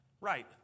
Right